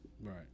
right